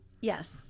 Yes